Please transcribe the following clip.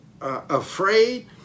afraid